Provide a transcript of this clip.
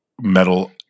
metal